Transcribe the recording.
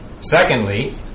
Secondly